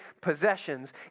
possessions